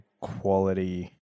quality